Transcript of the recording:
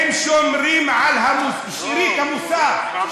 הם שומרים על שארית המוסר,